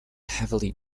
heavily